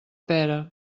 pera